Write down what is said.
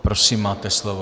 Prosím, máte slovo.